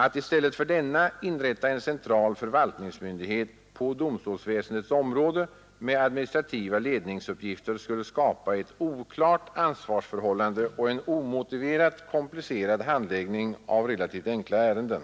Att i stället för denna inrätta en central förvaltningsmyndighet på domstolsväsendets område med administrativa ledningsuppgifter skulle skapa ett oklart ansvarsförhållande och en omotiverat komplicerad handläggning av relativt enkla ärenden.